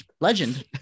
Legend